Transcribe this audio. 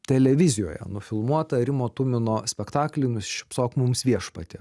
televizijoje nufilmuotą rimo tumino spektaklį nusišypsok mums viešpatie